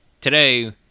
today